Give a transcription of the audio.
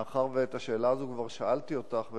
מאחר שאת השאלה הזאת כבר שאלתי אותך,